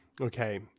Okay